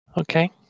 Okay